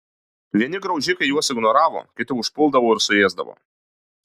vieni graužikai juos ignoravo kiti užpuldavo ir suėsdavo